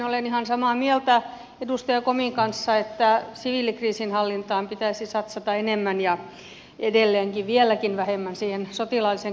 olen ihan samaa mieltä edustaja komin kanssa että siviilikriisinhallintaan pitäisi satsata enemmän ja edelleenkin vieläkin vähemmän siihen sotilaalliseen kriisinhallintaan